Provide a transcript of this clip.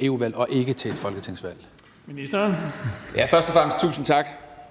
EU-valg og ikke til et folketingsvalg? Kl. 17:19 Den fg. formand